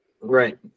right